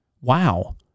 Wow